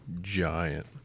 Giant